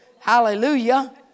Hallelujah